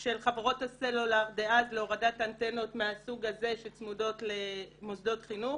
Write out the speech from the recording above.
של חברות הסלולר דאז להורדת אנטנות מהסוג הזה שצמודות למוסדות חינוך.